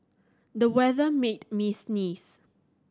the weather made me sneeze